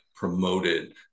promoted